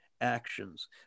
actions